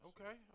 Okay